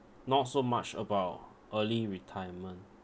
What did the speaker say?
not so much about early retirement